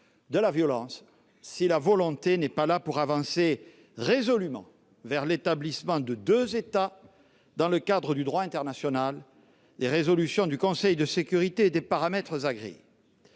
de la violence si la volonté n'est pas là pour avancer résolument vers l'établissement de deux États dans le cadre du droit international, des résolutions du Conseil de sécurité et des paramètres agréés.